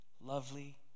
lovely